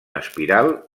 espiral